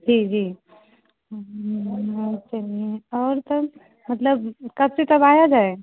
जी जी हाँ चलिए और तब मतलब कब से कब आया जाए